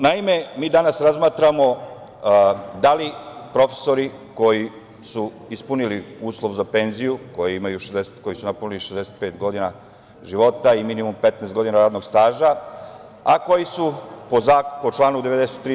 Naime, mi danas razmatramo da li profesori koji su ispunili uslov za penziju, koji su napunili 65 godina života i minimum 15 godina radnog staža, a kojima je po članu 93.